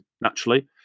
naturally